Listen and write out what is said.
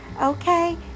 Okay